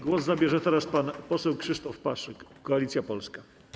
Głos zabierze teraz pan poseł Krzysztof Paszyk, Koalicja Polska.